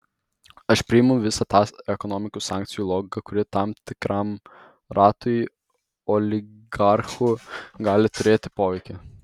aš priimu visą tą ekonominių sankcijų logiką kuri tam tikram ratui oligarchų gali turėti poveikį